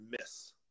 miss